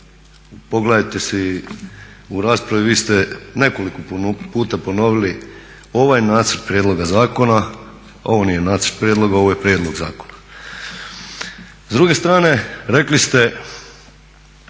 Pogledajte si u raspravi vi ste nekoliko puta ponovili ovaj nacrt prijedloga zakona. Ovo nije nacrt prijedloga, ovo je prijedlog zakona. S druge strane rekli ste